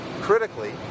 critically